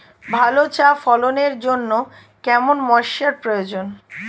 ভালো চা ফলনের জন্য কেরম ময়স্চার প্রয়োজন?